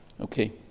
Okay